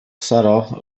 saro